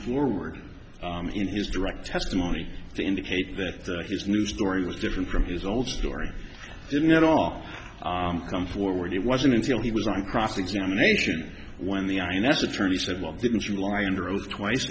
forward in his direct testimony to indicate that his new story was different from his old story didn't at all come forward it wasn't until he was on cross examination when the ins attorney said well didn't you lie under oath twice